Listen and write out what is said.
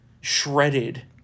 shredded